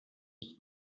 این